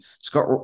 Scott